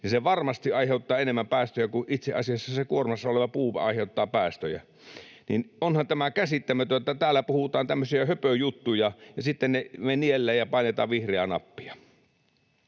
se varmasti aiheuttaa enemmän päästöjä kuin itse asiassa se kuormassa oleva puu aiheuttaa päästöjä. Onhan tämä käsittämätöntä, että täällä puhutaan tämmöisiä höpöjuttuja ja sitten me ne niellään ja painetaan vihreää nappia.